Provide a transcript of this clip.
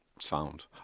Sound